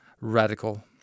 radical